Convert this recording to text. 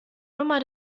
nummer